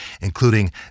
including